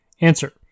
Answer